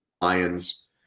Lions